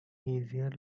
easier